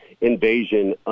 invasion